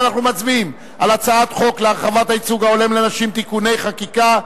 אנחנו מצביעים על הצעת חוק להרחבת הייצוג ההולם לנשים (תיקוני חקיקה),